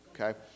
okay